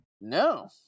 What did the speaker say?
No